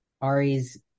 Ari's